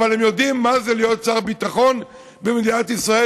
אבל הם יודעים מה זה להיות שר ביטחון במדינת ישראל,